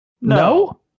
No